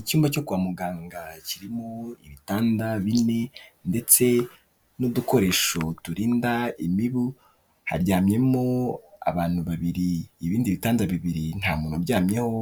Icyumba cyo kwa muganga, kirimo ibitanda bine ndetse n'udukoresho turinda imibu, haryamyemo abantu babiri, ibindi bitanda bibiri ntamuntu uryamyeho,